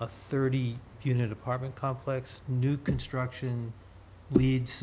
a thirty unit apartment complex new construction leads t